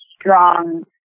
strong